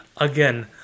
again